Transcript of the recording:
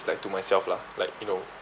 like to myself lah like you know